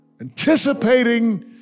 anticipating